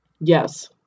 Yes